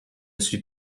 suis